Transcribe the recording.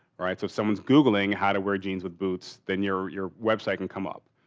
all right. so someone's googling how to wear jeans with boots, then your your website can come up.